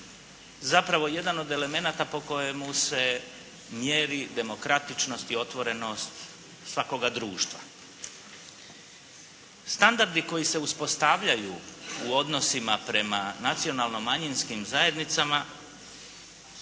zapravo jedan od elemenata po kojemu se mjeri demokratičnost i otvorenost svakoga društva. Standardi koji se uspostavljaju u odnosima prema nacionalnim manjinskim zajednicama